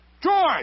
George